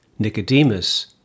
Nicodemus